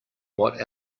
what